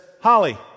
Holly